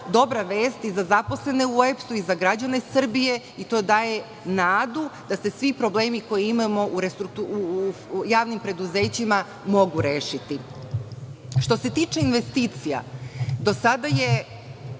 dobra vest i za zaposlene u EPS građane Srbije i to da je nadu da se svi problemi koje imamo u javnim preduzećima mogu rešiti. Što se tiče investicija do sada je